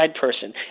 person